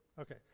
Okay